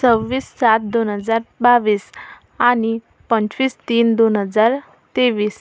सव्वीस सात दोन हजार बावीस आणि पंचवीस तीन दोन हजार तेवीस